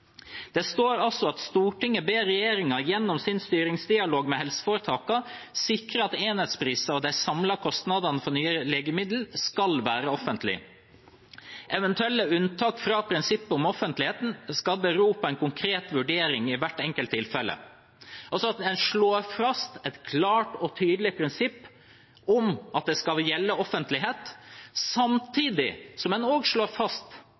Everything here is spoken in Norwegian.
ber regjeringen, gjennom sin styringsdialog med helseforetakene, sikre at enhetspriser og de samlede kostnadene for nye legemidler skal være offentlige. Eventuelle unntak fra prinsippet om offentlighet skal bero på en konkret vurdering i hvert enkelt tilfelle.» En slår altså fast et klart og tydelig prinsipp om at det er offentlighet som skal gjelde, samtidig som en også slår fast